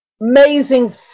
amazing